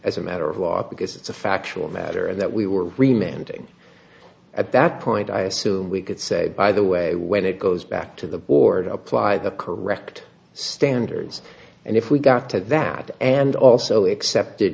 as a matter of law because it's a factual matter and that we were remained at that point i assume we could say by the way when it goes back to the board apply the correct standards and if we got to that and also accepted